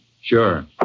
Sure